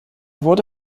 wurde